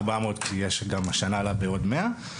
400 גם השנה עלה בעוד מאה.